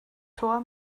tor